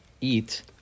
eat